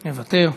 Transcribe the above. מוותר,